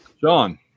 john